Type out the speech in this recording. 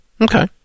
Okay